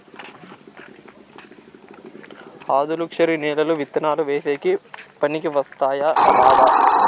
ఆధులుక్షరి నేలలు విత్తనాలు వేసేకి పనికి వస్తాయా రాదా?